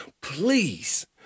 Please